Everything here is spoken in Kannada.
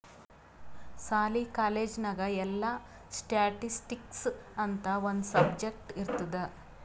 ಸಾಲಿ, ಕಾಲೇಜ್ ನಾಗ್ ಎಲ್ಲಾ ಸ್ಟ್ಯಾಟಿಸ್ಟಿಕ್ಸ್ ಅಂತ್ ಒಂದ್ ಸಬ್ಜೆಕ್ಟ್ ಇರ್ತುದ್